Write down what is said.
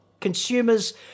consumers